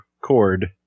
Cord